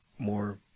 more